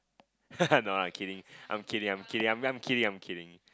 no lah I'm kidding I'm kidding I'm kidding I'm I'm kidding I'm kidding